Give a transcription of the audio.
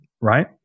right